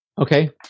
Okay